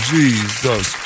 Jesus